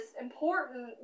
important